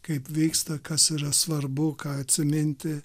kaip vyksta kas yra svarbu ką atsiminti